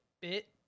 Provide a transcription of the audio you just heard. bit